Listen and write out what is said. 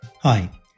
Hi